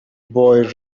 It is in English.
boy